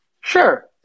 Sure